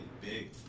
big